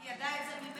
היא ידעה את זה ממרץ?